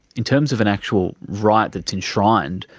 in terms of an actual rights that's enshrined,